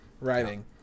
writing